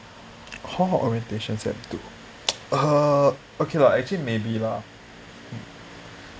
hall orientation sem two uh okay lah actually maybe lah